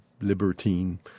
libertine